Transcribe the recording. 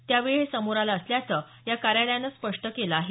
त्यावेळी हे समोर आलं असल्याचं या कार्यालयानं स्पष्ट केलं आहे